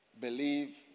believe